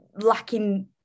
lacking